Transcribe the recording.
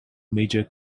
major